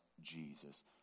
Jesus